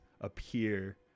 appear